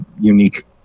unique